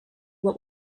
what